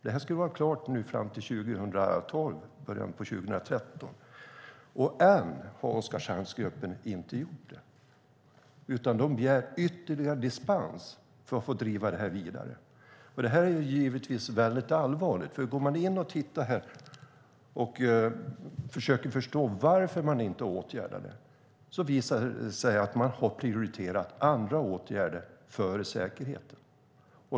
Detta skulle vara klart 2012 eller i början av 2013. Oskarshamnsgruppen har dock inte gjort detta ännu utan begär ytterligare dispens för att få driva det här vidare. Detta är givetvis väldigt allvarligt, för om man går in och tittar och försöker förstå varför de inte åtgärdar det så visar det sig att de har prioriterat andra åtgärder före säkerheten.